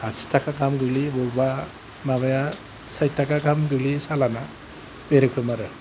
आसि थाखा गाहाम गोग्लैयो बबेबा माबाया साइथ थाखा गाहाम गोग्लैयो सालानआ बे रोखोम आरो